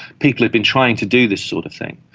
people had been trying to do this sort of thing.